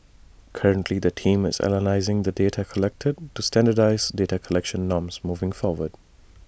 currently the team is analysing the data collected to standardise data collection norms moving forward